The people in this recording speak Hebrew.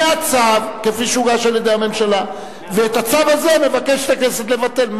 זה הצו כפי שהוגש על-ידי הממשלה ואת הצו הזה מבקשת הכנסת לבטל.